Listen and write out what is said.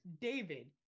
david